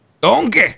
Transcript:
Donkey